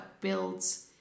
builds